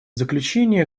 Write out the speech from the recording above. заключение